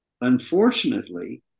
Unfortunately